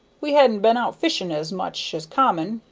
we hadn't been out fishing as much as common,